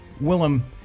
Willem